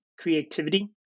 creativity